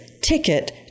ticket